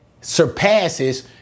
surpasses